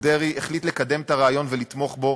דרעי החליט לקדם את הרעיון ולתמוך בו,